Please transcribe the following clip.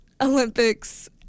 olympics